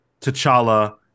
T'Challa